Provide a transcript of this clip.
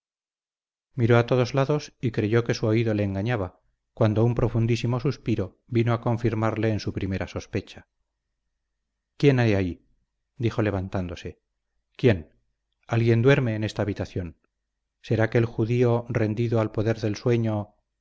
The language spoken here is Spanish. miró a todos lados y creyó que su oído le engañaba cuando un profundísimo suspiro vino a confirmarle en su primera sospecha quién hay aquí dijo levantándose quién alguien duerme en esta habitación será que el judío rendido al poder del sueño